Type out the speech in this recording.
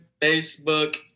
facebook